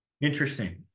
Interesting